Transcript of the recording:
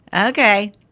Okay